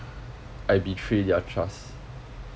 I betray their trust